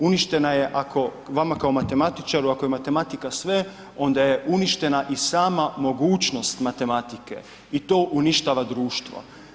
Uništena je ako vama kao matematičaru, ako je matematika sve onda je uništena i sama mogućnost matematike i to uništava društvo.